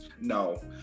No